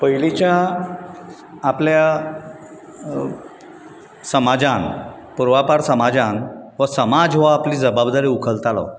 पयलींच्या आपल्या समाजांत पूर्वापार समाजांत हो समाज हो आपली जबाबदारी उखलतालो